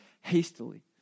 hastily